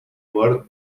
worth